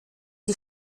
die